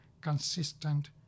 consistent